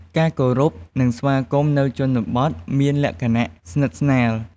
ការគោរព និងស្វាគមន៌នៅជនបទមានលក្ខណៈស្និទ្ធស្នាល។